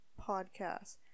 podcast